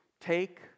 Take